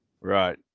Right